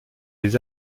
les